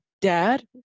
Dad